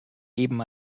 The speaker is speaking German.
eben